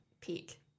peak